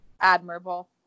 admirable